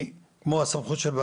אני חושב שאם אנחנו נעשה,